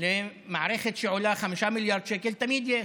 למערכת שעולה 5 מיליארד שקל, תמיד יש.